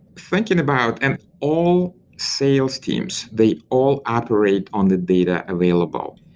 thinking about and all sales teams, they all operate on the data available.